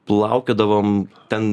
plaukiodavom ten